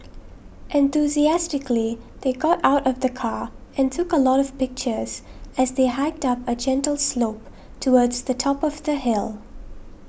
enthusiastically they got out of the car and took a lot of pictures as they hiked up a gentle slope towards the top of the hill